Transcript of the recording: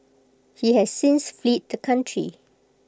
he has since fled the country